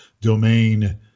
domain